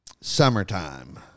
summertime